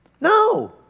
no